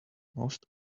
most